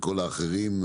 וכל האחרים.